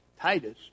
Titus